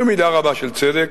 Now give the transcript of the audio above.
במידה רבה של צדק,